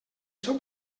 seu